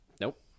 Nope